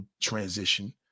transition